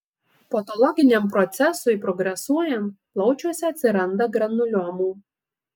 patologiniam procesui progresuojant plaučiuose atsiranda granuliomų